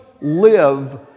live